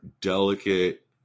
delicate